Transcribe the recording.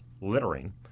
littering